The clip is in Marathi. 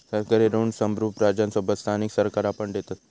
सरकारी ऋण संप्रुभ राज्यांसोबत स्थानिक सरकारा पण देतत